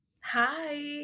Hi